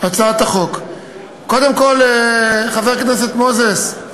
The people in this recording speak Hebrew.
הצעת החוק, קודם כול, חבר הכנסת מוזס,